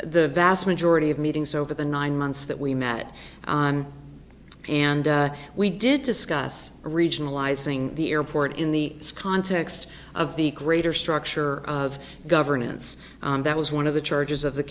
the vast majority of meetings over the nine months that we met and we did discuss regionalizing the airport in the context of the greater structure of governance that was one of the charges of the